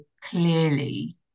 clearly